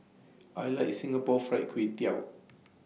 I like Singapore Fried Kway Tiao